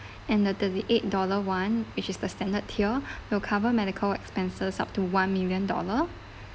and the thirty eight dollar [one] which is the standard tier will cover medical expenses up to one million dollar